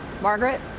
Margaret